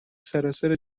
سراسر